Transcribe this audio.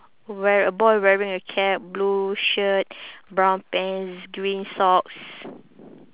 where a boy wearing a cap blue shirt brown pants green socks